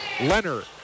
Leonard